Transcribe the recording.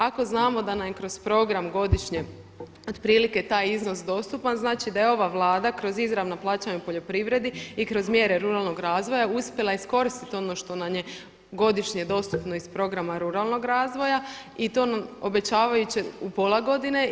Ako znamo da nam je kroz program godišnje otprilike taj iznos dostupan, znači da je ova Vlada kroz izravna plaćanja u poljoprivredi i kroz mjere ruralnog razvoja uspjela iskoristiti ono što nam je godišnje dostupno iz programa ruralnog razvoja i to nam obećavajuće u pola godine.